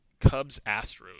Cubs-Astros